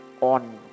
on